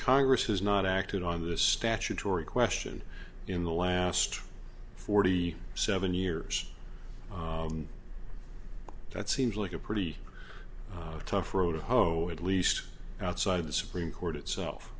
congress has not acted on the statutory question in the last forty seven years that seems like a pretty tough row to hoe at least outside of the supreme court itself